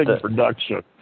production